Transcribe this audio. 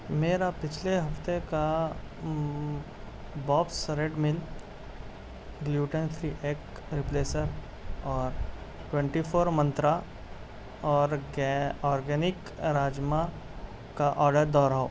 میرا پچھلے ہفتے کا Bob's Red Mill gluten free egg replacer اور twenty four Mantra organic rajma کا آرڈر دہراؤ